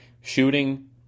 shooting